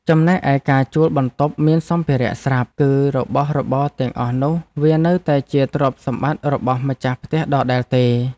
ចំណែកឯការជួលបន្ទប់មានសម្ភារៈស្រាប់ គឺរបស់របរទាំងអស់នោះវានៅតែជាទ្រព្យសម្បត្តិរបស់ម្ចាស់ផ្ទះដដែលទេ។